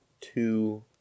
two